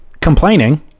complaining